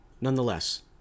Nonetheless